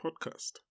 podcast